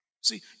See